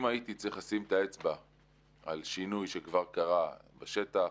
אם הייתי צריך לשים את האצבע על שינוי שכבר קרה בשטח,